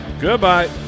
Goodbye